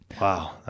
Wow